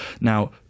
Now